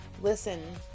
Listen